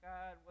God